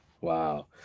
Wow